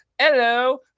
hello